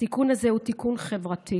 התיקון הזה הוא תיקון חברתי.